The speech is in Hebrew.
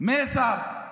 מייסר.